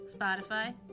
Spotify